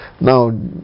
Now